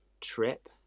trip